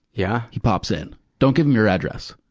yeah? he pops in. don't give him your address.